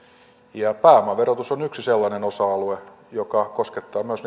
ja pääomaverotus on yksi sellainen osa alue joka koskettaa myös